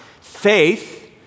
faith